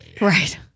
right